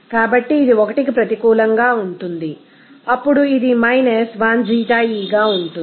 కాబట్టి ఇది 1 కి ప్రతికూలంగా ఉంటుంది అప్పుడు అది 1 ξe గా ఉంటుంది